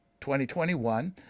2021